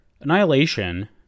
Annihilation